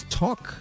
talk